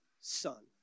son